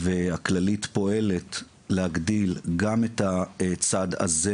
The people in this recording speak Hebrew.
והכללית פועלת להגדיל גם את הצד הזה